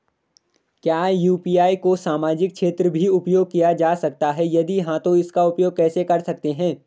क्या यु.पी.आई को सामाजिक क्षेत्र में भी उपयोग किया जा सकता है यदि हाँ तो इसका उपयोग कैसे कर सकते हैं?